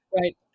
Right